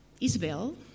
Isabel